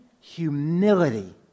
humility